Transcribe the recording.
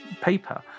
paper